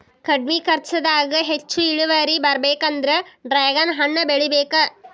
ಕಡ್ಮಿ ಕರ್ಚದಾಗ ಹೆಚ್ಚ ಇಳುವರಿ ಬರ್ಬೇಕಂದ್ರ ಡ್ರ್ಯಾಗನ್ ಹಣ್ಣ ಬೆಳಿಬೇಕ